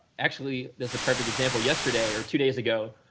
actually that is a perfect example yesterday or two days ago,